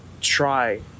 try